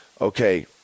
okay